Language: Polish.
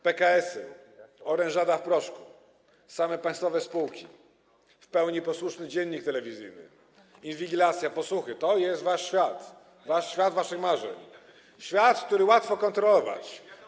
PKS-y, oranżada w proszku, tylko państwowe spółki, w pełni posłuszny „Dziennik telewizyjny”, inwigilacja i podsłuchy - to jest wasz świat, świat waszych marzeń, świat, który łatwo kontrolować.